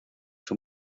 son